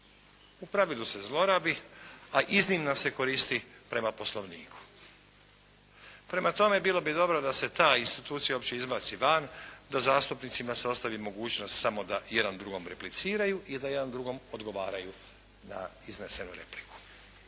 U pravilu se zlorabi, a iznimno se koristi prema Poslovniku. Prema tome, bilo bi dobro da se ta institucija uopće izbaci van, da zastupnicima se ostavi mogućnost samo da jedan drugom repliciraju i da jedan drugom odgovaraju na iznesenu repliku.